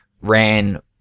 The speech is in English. ran